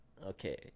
okay